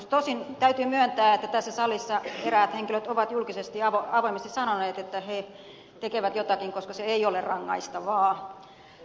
tosin täytyy myöntää että tässä salissa eräät henkilöt ovat julkisesti ja avoimesti sanoneet että he tekevät jotakin koska se ei ole rangaistavaa